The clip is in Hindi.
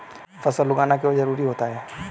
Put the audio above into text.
फसल उगाना क्यों जरूरी होता है?